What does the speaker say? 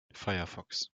firefox